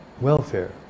welfare